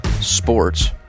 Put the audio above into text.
sports